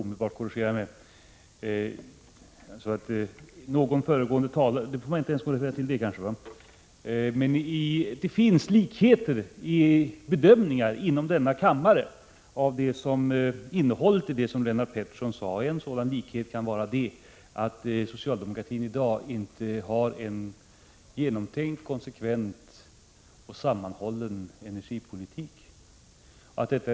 Herr talman! Jag skall omedelbart korrigera mig. Det finns likheter i bedömningarna inom denna kammare av innehållet i det som Lennart Pettersson sade. En sådan likhet kan vara att vi bedömer att socialdemokratin i dag inte har en genomtänkt, konsekvent och sammanhållen energipolitik.